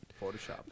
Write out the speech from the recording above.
Photoshop